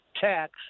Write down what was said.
tax